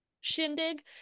shindig